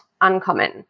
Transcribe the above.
uncommon